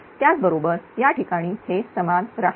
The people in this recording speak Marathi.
त्याचबरोबर याठिकाणी हे समान राहील